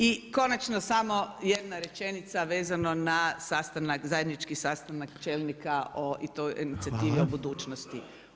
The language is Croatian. I konačno samo jedna rečenica vezano na zajednički sastanak čelnika o toj inicijativi budućnosti.